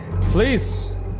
Please